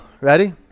ready